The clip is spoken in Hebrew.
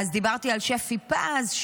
דיברתי על שפי פז,